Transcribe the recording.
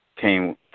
came